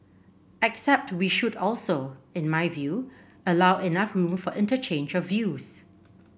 except we should also in my view allow enough room for interchange of views